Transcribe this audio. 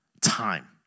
time